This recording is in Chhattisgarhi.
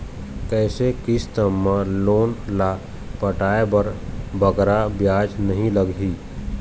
कइसे किस्त मा लोन ला पटाए बर बगरा ब्याज नहीं लगही?